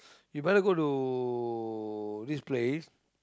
you better go to this place